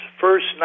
First